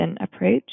approach